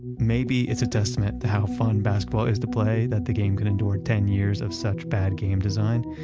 maybe it's a testament to how fun basketball is to play, that the game can endure ten years of such bad game design.